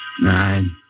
Nine